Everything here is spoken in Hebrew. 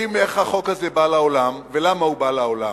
יודעים איך החוק הזה בא לעולם ולמה הוא בא לעולם.